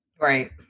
Right